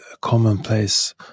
commonplace